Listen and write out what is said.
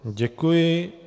Děkuji.